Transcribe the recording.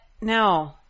no